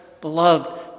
Beloved